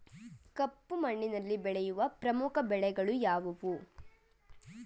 ಕಪ್ಪು ಮಣ್ಣಿನಲ್ಲಿ ಬೆಳೆಯುವ ಪ್ರಮುಖ ಬೆಳೆಗಳು ಯಾವುವು?